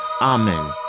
Amen